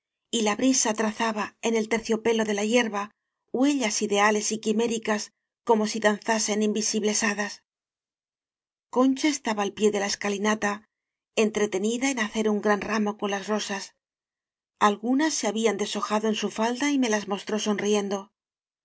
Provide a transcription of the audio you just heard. y la brisa trazaba en el terciopelo de la hierba huellas ideales y quiméricas como si danzasen invisibles hadas concha estaba al pie de la escalinata entretenida en hacer un gran ramo con las rosas algunas se habían deshojado en su falda y me las mostró sonriendo